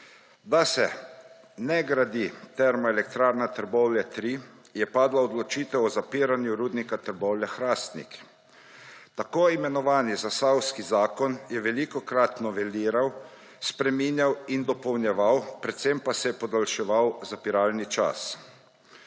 da se ne gradi termoelektrarne Trbovlje 3, je padla odločitev o zapiranju Rudnika Trbovlje-Hrastnik. Tako imenovani zasavski zakon se je velikokrat noveliral, spreminjal in dopolnjeval, predvsem pa se je podaljševal zapiralni čas.